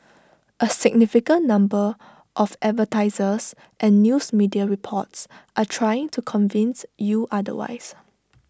A significant number of advertisers and news media reports are trying to convince you otherwise